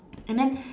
and then